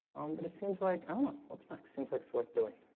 um, but it seems like i don't know what's nice seems like it's worth doing